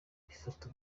bifata